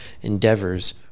endeavors